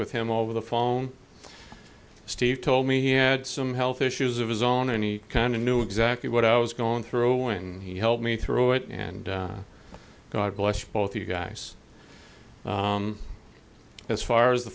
with him over the phone steve told me he had some health issues of his own any kind of knew exactly what i was going through and he helped me through it and god bless you both you guys as far as the